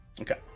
Okay